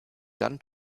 dann